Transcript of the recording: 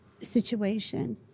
situation